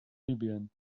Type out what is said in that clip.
libyen